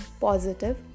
positive